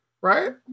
right